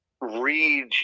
read